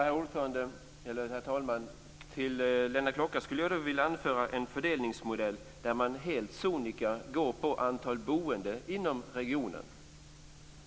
Herr talman! Till Lennart Klockare vill jag anföra en fördelningsmodell där man helt sonika går på antalet boende inom regionen.